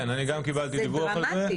כן, אני גם קיבלתי דיווח על זה.